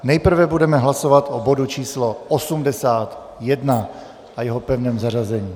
Nejprve budeme hlasovat o bodu č. 81 a jeho pevném zařazení.